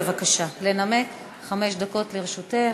בבקשה, חמש דקות לרשותך.